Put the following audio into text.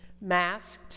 masked